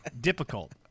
difficult